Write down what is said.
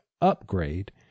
upgrade